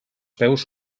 peus